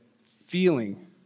feeling